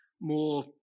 more